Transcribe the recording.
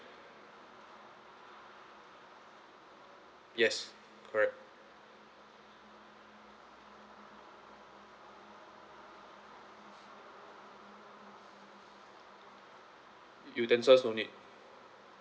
yes correct utensils no need